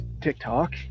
TikTok